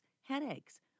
headaches